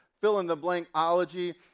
fill-in-the-blank-ology